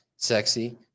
sexy